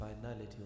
finality